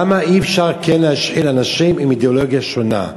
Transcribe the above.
למה אי-אפשר כן להשחיל אנשים עם אידיאולוגיה שונה?